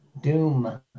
Doom